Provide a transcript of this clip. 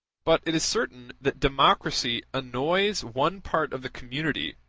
but it is certain that democracy annoys one part of the community,